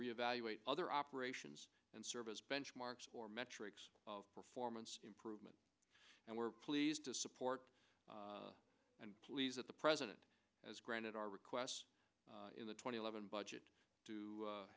re evaluate other operations and service benchmarks or metrics of performance improvement and we're pleased to support and pleased at the president as granted our requests in the twenty seven budget to